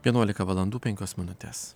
vienuolika valandų penkios minutes